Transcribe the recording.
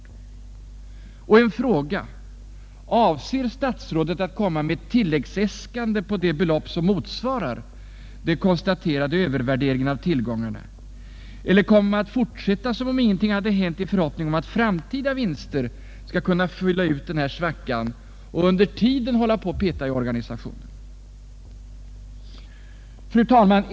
Jag vill ställa följande fråga: Avser statsrådet att komma med ett tilläggsäskande på det belopp som motsvarar den konstaterade övervärderingen av tillgångarna, eller kommer man att fortsätta som om ingenting hade hänt i förhoppning att framtida vinster skall kunna fylla ut denna svacka, och under tiden hålla på att peta i organisationen? Fru talman!